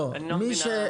אז אני לא מבינה.